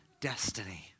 destiny